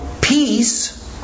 peace